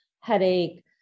headache